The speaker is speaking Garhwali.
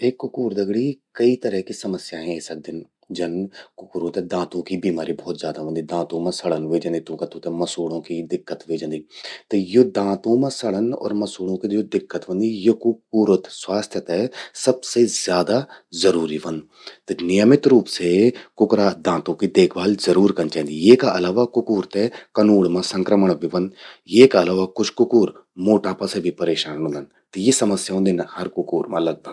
एक कुकूर दगड़ि कई तरह कि समस्याएं ए सकदिन। जन कुकुरों ते दांतों की बीमारि भौत ज्यादा व्हंदि। दांतों मां सड़न व्हे जंदि तूंका, तूंते मसूड़ों कि दिक्कत व्हे जंदि। त यो दांतों मां सड़न अर मसूड़ों कि ज्वो दिक्कत व्हंदि, यो कुकुरो स्वास्थ्य ते सबसे ज्यादा जरूरि व्हंद। त नियमित रूप से कुकुरों का दांतों की देखभाल जरूर कन चेंदि। येका अलावा कुकूर ते कनूड़ मां संक्रमण भी व्हंद। येका अलावा कुछ कुकूर मोटापा से भी परेशान रौंदन। यि समस्या व्हदिन हर कुकूर मां लगभग।